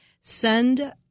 Send